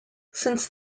since